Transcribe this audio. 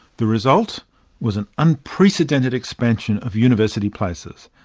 the result was an unprecedented expansion of university places.